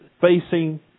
facing